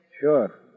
Sure